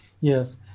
yes